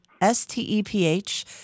S-T-E-P-H